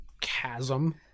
chasm